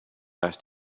asked